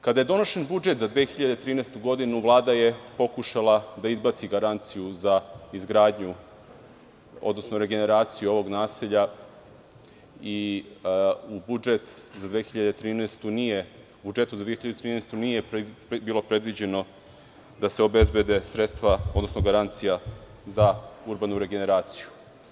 Kada je donošen budžet za 2013. godinu, Vlada je pokušala da izbaci garanciju za izgradnju, odnosno regeneraciju ovog naselja i u budžet za 2013. godinu nije bilo predviđeno da se obezbede sredstva, odnosno garancija za urbanu regeneraciju.